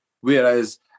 whereas